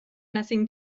nothing